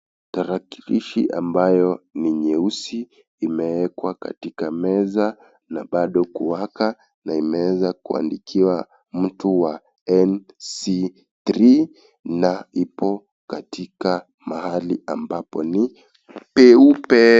Tarakilishi ambayo ni nyeusi imewekwa katika meza, na bado kuwaka, na imeweza kuandikiwa mtu wa NC3 na ipo katika mahali ambapo ni peupe.